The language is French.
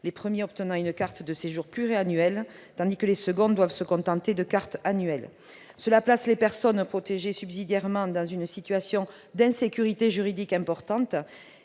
les premiers obtiennent une carte de séjour pluriannuelle, tandis que les seconds doivent se contenter de cartes annuelles. Cela place les personnes protégées subsidiairement dans une situation d'insécurité juridique importante.